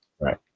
Right